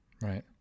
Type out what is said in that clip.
Right